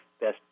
best